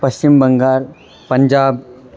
पश्चिमः Bengal Punjab